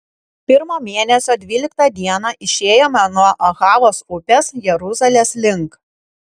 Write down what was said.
pirmo mėnesio dvyliktą dieną išėjome nuo ahavos upės jeruzalės link